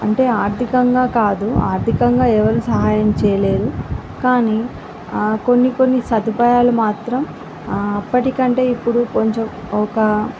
అంటే ఆర్థికంగా కాదు ఆర్ధికంగా ఎవరూ సహాయం చేయలేదు కానీ కొన్ని కొన్ని సదుపాయాలు మాత్రం అప్పటి కంటే ఇప్పుడు కొంచెం ఒక